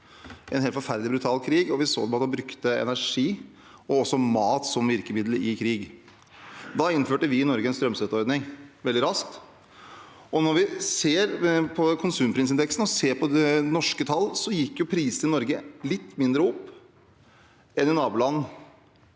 en helt forferdelig brutal krig, og vi så at man brukte energi og mat som virkemiddel i krig. Da innførte vi i Norge veldig raskt en strømstøtteordning. Når vi ser på konsumprisindeksen og på norske tall, gikk prisene i Norge litt mindre opp enn i nabolandene